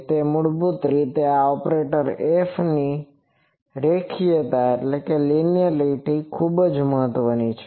તેથી મૂળભૂત રીતે આ ઓપરેટર Fની રેખીયતા ખૂબ જ મહત્વપૂર્ણ બાબત છે